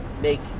make